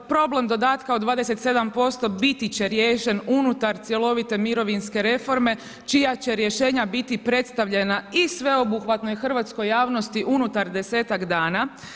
Problem dodatka od 27% biti će riješen unutar cjelovite mirovinske reforme čija će rješenja biti predstavljena i sveobuhvatnoj hrvatskoj javnosti unutar 10-ak dana.